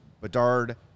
Bedard